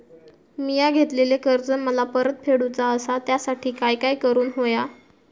मिया घेतलेले कर्ज मला परत फेडूचा असा त्यासाठी काय काय करून होया?